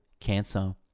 cancer